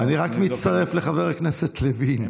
אני רק מצטרף לחבר הכנסת לוין.